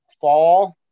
fall